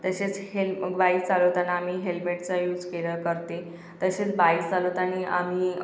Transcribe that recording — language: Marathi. तसेच हेल बाईक चालवताना आम्ही हेल्मेटचा यूज केला करते तसेच बाईक चालवताना आम्ही